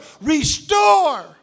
restore